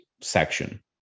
section